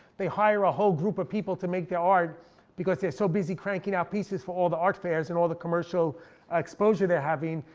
they hire a whole group of people to make their art because they're so busy cranking out pieces for all the art fairs, and all the commercial exposure they're having.